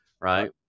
right